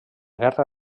guerra